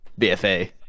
BFA